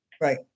Right